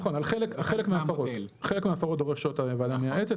חלק מההפרות דורשות ועדה מייעצת,